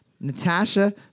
Natasha